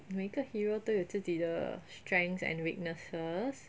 每一个 hero 都有自己的 strengths and weaknesses